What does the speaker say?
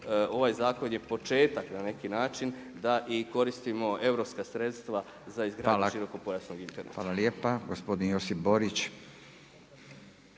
ovaj zakon je početak, na neki način da i koristimo europska sredstva za izgradnju širokopojasnog interneta.